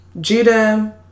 Judah